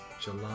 July